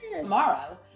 tomorrow